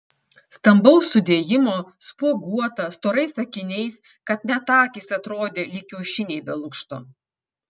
stambaus sudėjimo spuoguota storais akiniais kad net akys atrodė lyg kiaušiniai be lukšto